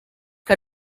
que